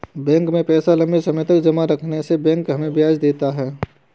bank में पैसा लम्बे समय तक जमा रहने से बैंक हमें ब्याज देता है